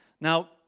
Now